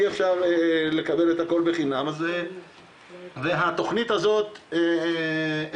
אי אפשר לקבל את הכול בחינם והתוכנית הזאת אפשר